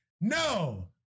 No